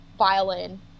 violin